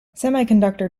semiconductor